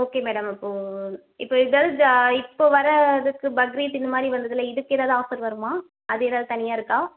okay madam அப்போது இப்போது ஏதாவது இதில் இப்போது வர இதுக்கு பக்ரீத் இந்தமாதிரி வந்ததில்லே இதுக்கு ஏதாவது ஆஃபர் வருமா அது ஏதாவது தனியாக இருக்கா